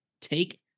take